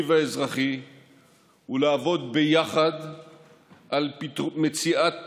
והאזרחי ולעבוד ביחד על מציאת פתרונות,